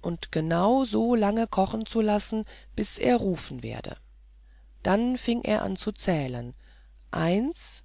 und genau so lange kochen zu lassen bis er rufen werde dann fing er an zu zählen eins